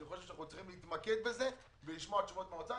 אני חושב שאנחנו צריכים להתמקד בזה ולשמוע תשובות מהאוצר.